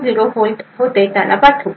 08 volt होते त्याला पाठवू